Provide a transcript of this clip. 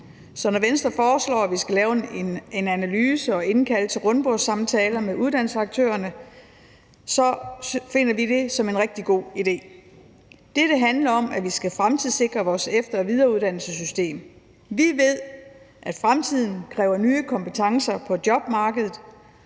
Så når Venstre foreslår, at vi skal lave en analyse og indkalde til rundbordssamtaler med uddannelsesaktørerne, ser vi det som en rigtig god idé. Det, det handler om, er, at vi skal fremtidssikre vores efter- og videreuddannelsessystem. Vi ved, at fremtiden kræver nye kompetencer på jobmarkedet,